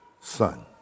Son